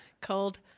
called